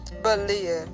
believe